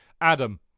Adam